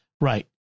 Right